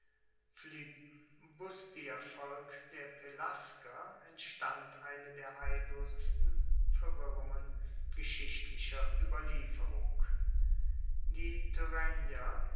der pelasger entstand eine der heillosesten verwirrungen geschichtlicher ueberlieferung die